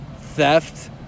Theft